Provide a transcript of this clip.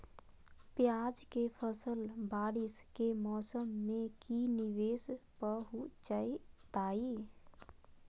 प्याज के फसल बारिस के मौसम में की निवेस पहुचैताई?